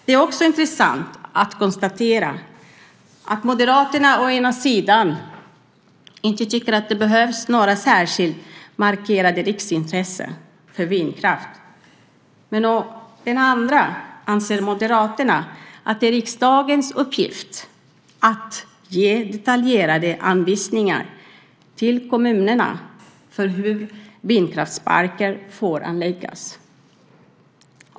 Det är också intressant att konstatera att Moderaterna å ena sidan inte tycker att det behövs några särskilt markerade riksintressen för vindkraften och å andra sidan anser att det är riksdagens uppgift att ge detaljerade anvisningar till kommunerna om hur vindkraftsparker får anläggas.